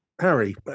Harry